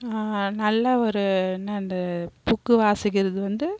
நல்ல ஒரு என்ன இந்த புக்கு வாசிக்கிறது வந்து